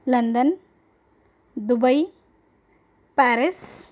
London Dubai Paris